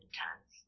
tons